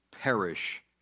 perish